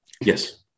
Yes